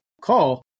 Call